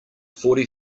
forty